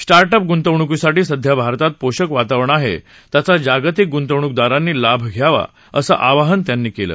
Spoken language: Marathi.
स्टार्ट अप गुंतवणूकीसाठी सध्या भारतात पोषक वातावरण आहे त्याचा जागतिक गुंतवणूकदारांनी लाभ घ्यावा असं आवाहन त्यांनी केलं